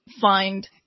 find